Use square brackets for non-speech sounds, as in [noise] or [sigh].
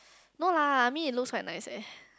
[noise] no lah I mean it looks quite nice eh